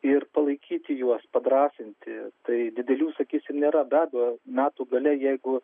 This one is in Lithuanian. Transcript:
ir palaikyti juos padrąsinti tai didelių sakysim nėra be abejo metų gale jeigu